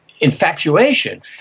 infatuation